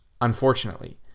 unfortunately